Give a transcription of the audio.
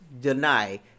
deny